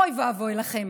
אוי ואבוי לכם,